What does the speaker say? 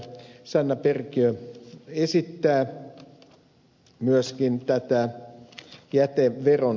sanna perkiö esittää myöskin jäteveron korotusta